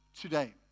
today